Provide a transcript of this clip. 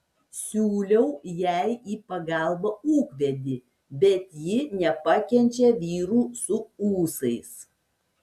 siūliau jai į pagalbą ūkvedį bet ji nepakenčia vyrų su ūsais